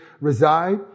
reside